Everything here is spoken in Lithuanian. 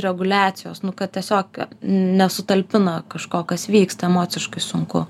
reguliacijos nu kad tiesiog nesutalpina kažko kas vyksta emociškai sunku